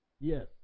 Yes